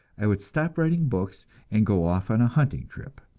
i would stop writing books and go off on a hunting trip.